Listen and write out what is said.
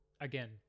again